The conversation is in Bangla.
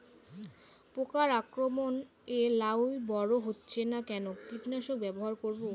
পোকার আক্রমণ এ লাউ বড় হচ্ছে না কোন কীটনাশক ব্যবহার করব?